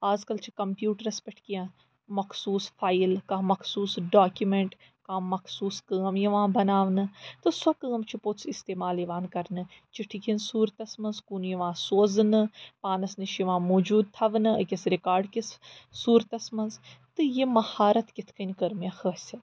آز کَل چھِ کَمپیٛوٹرَس پٮ۪ٹھ کیٚنٛہہ مخصوٗص فایِل کانٛہہ مخصوٗص ڈاکِمیٚنٛٹ کانٛہہ مخصوٗص کٲم یِوان بَناونہٕ تہٕ سۄ کٲم چھِ پوٚتٕس اِستعمال یِوان کَرنہٕ چِٹھِہِ ہنٛز صوٗرتَس منٛز کُن یِوان سوزنہٕ پانَس نِش یِوان موٗجوٗد تھاونہٕ أکِس رِکارڈ کِس صوٗرتَس منٛز تہٕ یہِ مہارت کِتھ کٔنۍ کٔر مےٚ حٲصِل